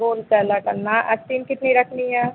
गोल गला करना है आस्तीन कितनी रखनी है